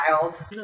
child